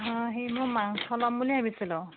অঁ সেই মই মাংস ল'ম বুলি ভাবিছিলোঁ